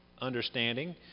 understanding